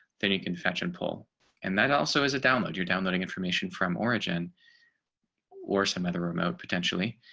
then you can fetch and pull and that also as a download you're downloading information from origin or some other remote potentially